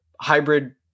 hybrid